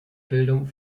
bildung